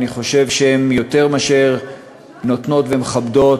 אני חושב שיותר מאשר הן נותנות ומכבדות,